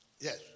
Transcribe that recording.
Yes